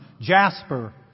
jasper